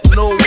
no